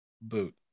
boot